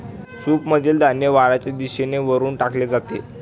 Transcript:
सूपमधील धान्य वाऱ्याच्या दिशेने वरून टाकले जाते